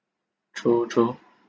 true true